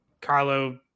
Carlo